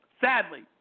Sadly